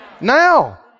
Now